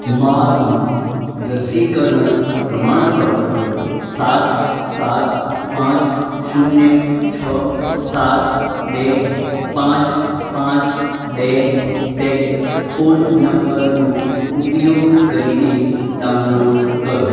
મારું રસીકરણ પ્રમાણપત્ર સાત સાત પાંચ શૂન્ય છ સાત બે પાંચ પાંચ બે બે ફોન નંબરનો ઉપયોગ કરીને ડાઉનલોડ કરો